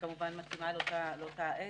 שכמובן מתאימה לאותה עת.